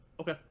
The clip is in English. okay